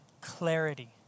clarity